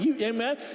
amen